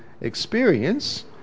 experience